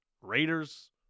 Raiders